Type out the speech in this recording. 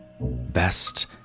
best